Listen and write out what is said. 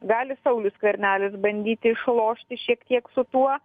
gali saulius skvernelis bandyti išlošti šiek tiek su tuo